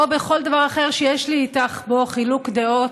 או בכל דבר אחר שיש לי איתך בו חילוק דעות,